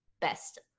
best